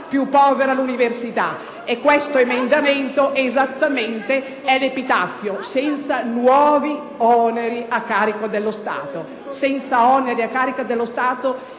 piu povera l’universita. Questo emendamento e esattamente l’epitaffio, «senza nuovi oneri a carico dello Stato».